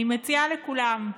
אני מציעה לכולם,